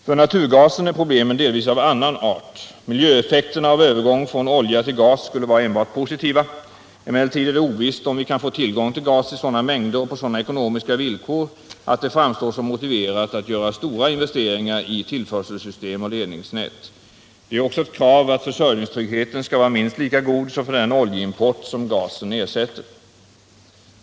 För naturgasen är problemen delvis av annan art. Miljöeffekterna av övergång från olja till gas skulle vara enbart positiva. Emellertid är det ovisst om vi kan få tillgång till gas i sådana mängder och på sådana ekonomiska villkor att det framstår som motiverat att göra stora investeringar i tillförselsystem och ledningsnät. Det är också ett krav att försörjningstryggheten skall vara minst lika god som för den oljeimport som gasen ersätter.